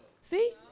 See